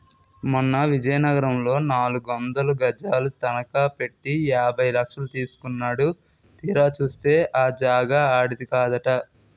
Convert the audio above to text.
మొన్న విజయనగరంలో నాలుగొందలు గజాలు తనఖ పెట్టి యాభై లక్షలు తీసుకున్నాడు తీరా చూస్తే ఆ జాగా ఆడిది కాదట